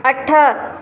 अठ